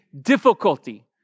difficulty